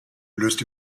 löst